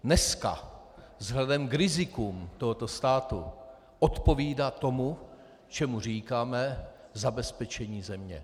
Dneska vzhledem k rizikům tohoto státu odpovídá tomu, čemu říkáme zabezpečení země.